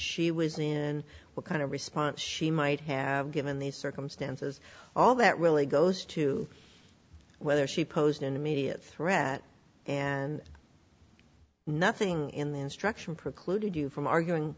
she was in what kind of response she might have given the circumstances all that really goes to whether she posed an immediate threat and nothing in the instruction precluded you from arguing